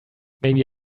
maybe